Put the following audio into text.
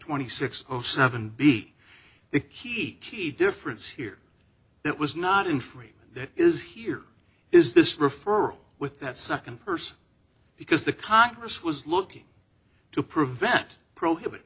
twenty six zero seven b the key key difference here it was not in frame that is here is this referral with that second person because the congress was looking to prevent prohibit